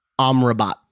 Amrabat